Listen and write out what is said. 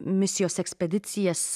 misijos ekspedicijas